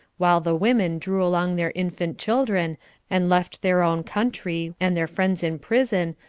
while the women drew along their infant children and left their own country, and their friends in prison,